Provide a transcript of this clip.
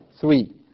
three